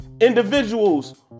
Individuals